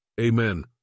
Amen